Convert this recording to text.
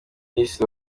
minisitiri